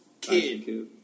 Kid